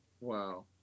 Wow